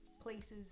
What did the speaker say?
places